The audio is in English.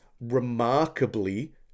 remarkably